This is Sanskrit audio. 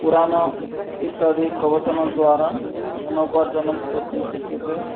पुराण इत्यादिप्रवचनद्वारा धनोपार्जनं कर्तुं शक्यते